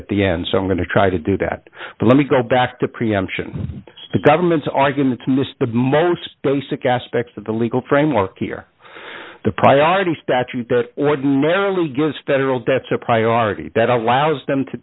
at the end so i'm going to try to do that but let me go back to preemption the government's argument the most basic aspects of the legal framework here the priority statute that ordinarily gives federal debts a priority that allows them to